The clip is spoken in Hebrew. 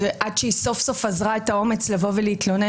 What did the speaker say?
שעד שהיא סוף-סוף אזרה את האומץ לבוא ולהתלונן,